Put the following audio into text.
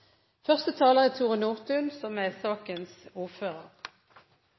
Første taler er Kjersti Toppe, som er sakens ordfører.